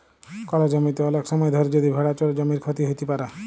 call জমিতে ওলেক সময় ধরে যদি ভেড়া চরে জমির ক্ষতি হ্যত প্যারে